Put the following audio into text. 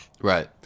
Right